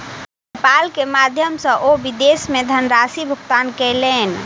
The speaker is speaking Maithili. पेपाल के माध्यम सॅ ओ विदेश मे धनराशि भुगतान कयलैन